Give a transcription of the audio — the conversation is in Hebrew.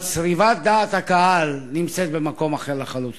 אבל צריבת דעת הקהל נמצאת במקום אחר לחלוטין.